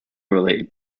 related